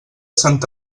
sant